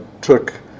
took